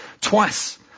twice